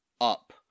Up